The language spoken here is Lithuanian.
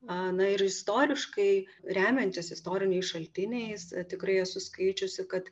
a na ir istoriškai remiantis istoriniais šaltiniais tikrai esu skaičiusi kad